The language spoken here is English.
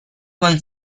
one